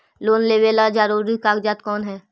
Loan लेब ला जरूरी कागजात कोन है?